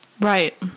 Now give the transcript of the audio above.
Right